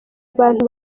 abantu